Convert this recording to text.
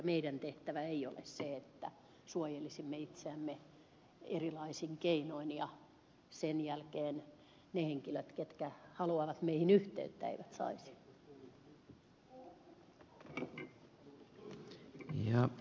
meidän tehtävämme ei ole se että suojelisimme itseämme erilaisin keinoin ja sen jälkeen ne henkilöt ketkä haluavat ottaa meihin yhteyttä eivät sitä saisi